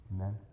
Amen